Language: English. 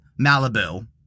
Malibu